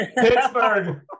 Pittsburgh